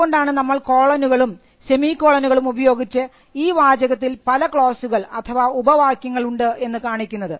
അതുകൊണ്ടാണ് നമ്മൾ കോളനുകളും സെമി കോളനുകളും ഉപയോഗിച്ച് ഈ വാചകത്തിൽ പല ക്ലോസുകൾ അഥവാ ഉപവാക്യങ്ങൾ ഉണ്ട് എന്ന് കാണിക്കുന്നത്